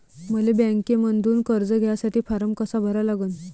मले बँकेमंधून कर्ज घ्यासाठी फारम कसा भरा लागन?